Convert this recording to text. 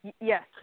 Yes